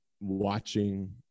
watching